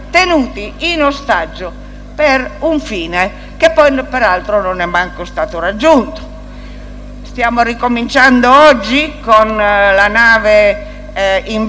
Stiamo ricominciando oggi con la nave in vista del porto di Lampedusa? Tutto questo mi porta a dire